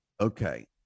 Okay